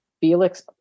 Felix